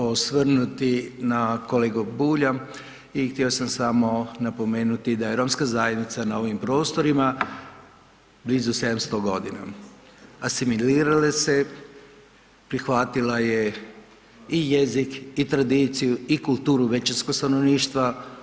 osvrnuti na kolegu Bulja i htjeo sam samo napomenuti da je romska zajednica na ovim prostorima blizu 700.g. Asimilirala se je, prihvatila je i jezik i tradiciju i kulturu većinskog stanovništva.